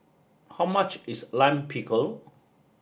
how much is Lime Pickle